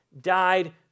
died